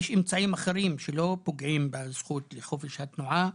יש אמצעים אחרים שלא פוגעים בזכות לחופש התנועה,